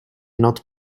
not